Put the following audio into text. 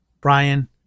Brian